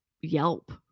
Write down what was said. yelp